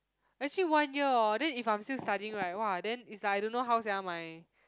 actually one year or then if I'm still studying right [wah] then is like I don't know how sia my